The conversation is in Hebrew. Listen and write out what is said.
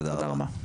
תודה רבה.